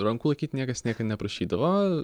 rankų laikyt niekas niekad neprašydavo